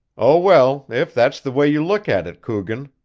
oh, well, if that's the way you look at it, coogan,